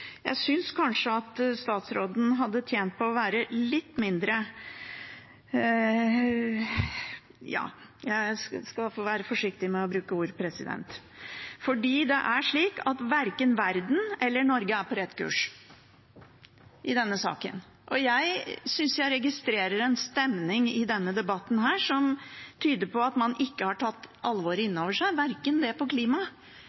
jeg synes kanskje statsråden hadde tjent på å være litt mindre … vel, jeg skal være forsiktig med å bruke ord, president. Verken verden eller Norge er på rett kurs i denne saken. Jeg synes jeg registrerer en stemning i denne debatten som tyder på at man ikke har tatt alvoret